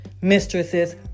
mistresses